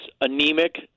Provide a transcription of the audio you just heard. anemic